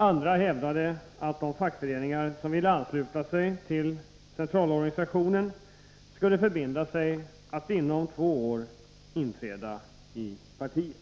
Andra hävdade att de fackföreningar som ville ansluta sig till centralorganisationen skulle förbinda sig att inom två år inträda i partiet.